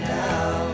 now